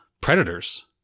predators